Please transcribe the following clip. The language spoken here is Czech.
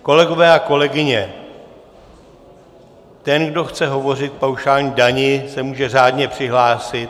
Kolegové a kolegyně, ten, kdo chce hovořit k paušální dani, se může řádně přihlásit.